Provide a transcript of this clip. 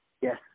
Yes